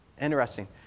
Interesting